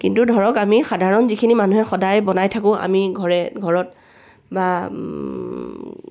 কিন্তু ধৰক আমি সাধাৰণ যিখিনি মানুহে সদায় বনাই থাকোঁ আমি ঘৰে ঘৰত বা